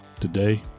today